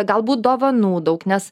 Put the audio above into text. galbūt dovanų daug nes